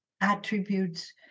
attributes